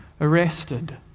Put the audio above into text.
arrested